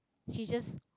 she just